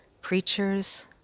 preachers